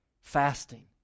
fasting